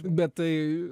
bet tai